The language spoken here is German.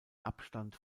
abstand